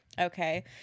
Okay